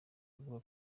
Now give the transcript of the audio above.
avuga